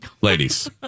ladies